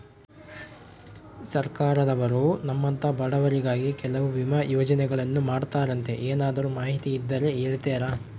ಸರ್ಕಾರದವರು ನಮ್ಮಂಥ ಬಡವರಿಗಾಗಿ ಕೆಲವು ವಿಮಾ ಯೋಜನೆಗಳನ್ನ ಮಾಡ್ತಾರಂತೆ ಏನಾದರೂ ಮಾಹಿತಿ ಇದ್ದರೆ ಹೇಳ್ತೇರಾ?